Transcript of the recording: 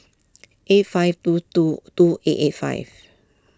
eight five two two two eight eight five